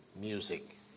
music